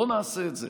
בוא נעשה את זה.